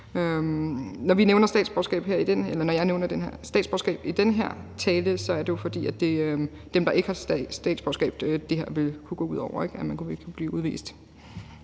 Når jeg nævner statsborgerskab i den her tale, er det jo, fordi det er dem, der ikke har statsborgerskab, det her ville kunne gå ud over